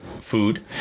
food